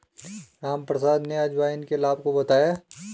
रामप्रसाद ने अजवाइन के लाभ को बताया